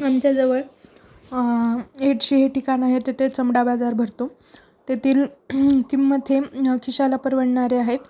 यांच्याजवळ एडशीे हे ठिकाण आहे तथे चमडा बाजार भरतो तेथील किंमत हे खिशाला परवडणारे आहेत